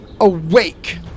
awake